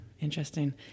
Interesting